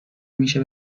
میشه